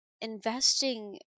investing